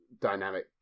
dynamic